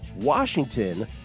Washington